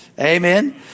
amen